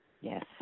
yes